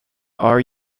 are